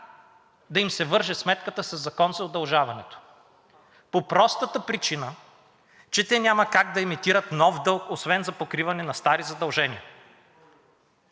да им се върже сметката със Закон за удължаването по простата причина, че те няма как да емитират нов дълг освен за покриване на стари задължения.